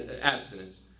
abstinence